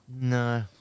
No